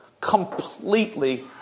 completely